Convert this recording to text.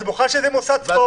אתה מוכן שזה יהיה מוסד ספורט,